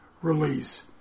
release